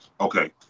Okay